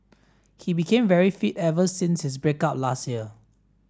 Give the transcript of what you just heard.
he became very fit ever since his break up last year